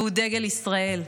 והוא דגל ישראל.